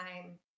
time